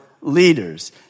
leaders